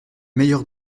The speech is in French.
meilleur